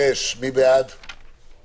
הסתייגות מס' 27. מי בעד ההסתייגות?